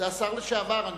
לשעבר מופז,